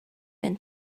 been